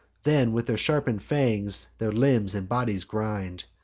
then with their sharpen'd fangs their limbs and bodies grind.